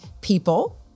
people